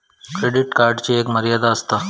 credit कार्डची एक मर्यादा आसता